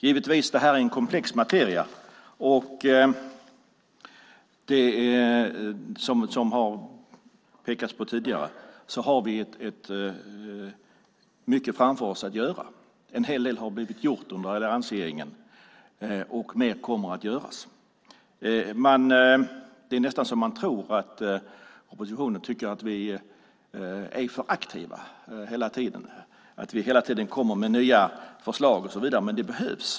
Detta är givetvis en komplex materia, och vi har mycket framför oss att göra. En hel del har blivit gjort under alliansregeringen, och mer kommer att göras. Det är nästan så att man tror att oppositionen tycker att vi är för aktiva och hela tiden kommer med nya förslag, men de behövs.